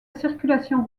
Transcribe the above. circulation